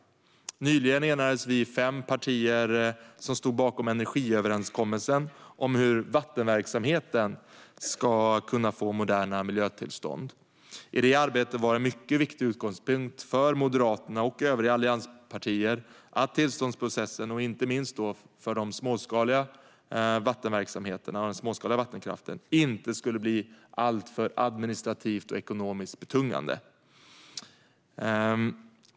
Nyligen enades vi fem partier som stod bakom energiöverenskommelsen om hur vattenverksamheten ska kunna få moderna miljötillstånd. I det arbetet var en mycket viktig utgångspunkt för Moderaterna och övriga allianspartier att tillståndsprocessen, inte minst för den småskaliga vattenverksamheten och vattenkraften, inte skulle bli alltför administrativt och ekonomiskt betungande.